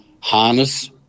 harness